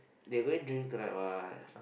they going drink tonight what